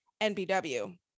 NBW